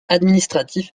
administratif